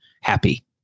happy